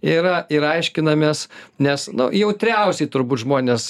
yra ir aiškinamės nes nu jautriausiai turbūt žmonės